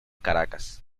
caracas